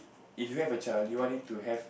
if you have a child do you want him to have